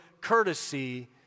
courtesy